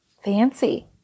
Fancy